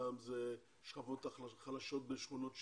פעם שכבות חלשות בשכונות שיקום.